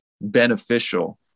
beneficial